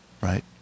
Right